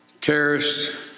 terrorists